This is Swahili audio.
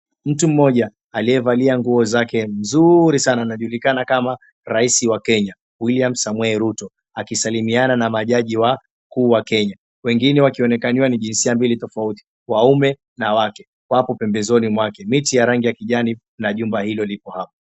Mtu mmoja aliyevalia nguo zake nzuri sana anajulikana kama Rais wa Kenya William Samoei Ruto akisalimiana na majaji wakuu wa Kenya. Wengine wakionekaniwa ni jinsia mbili tofauti waume na wake wako pembezoni mwake. Miti ya rangi ya kijani na jumba hilo lipo hapo.